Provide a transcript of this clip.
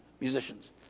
musicians